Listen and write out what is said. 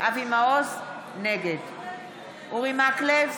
אבי מעוז, נגד אורי מקלב,